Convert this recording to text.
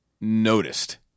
noticed